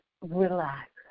relax